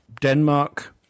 Denmark